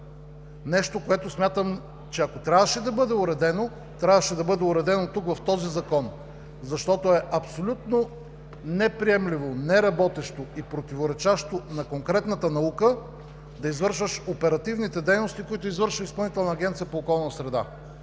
нещо, което смятам, че, ако трябваше да бъде уредено, трябваше да бъде уредено тук в този закон. Защото е абсолютно неприемливо, неработещо и противоречащо на конкретната наука да извършваш оперативни дейности, които извършва Изпълнителната агенция по околна среда.